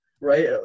right